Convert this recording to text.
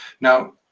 Now